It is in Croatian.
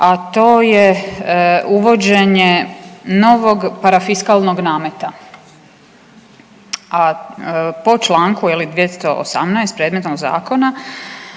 a to je uvođenje novog parafiskalnog nameta. Po čl. 218. predmetnog zakona